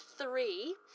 three